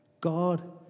God